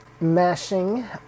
mashing